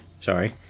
sorry